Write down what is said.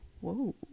Whoa